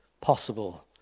possible